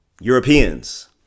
Europeans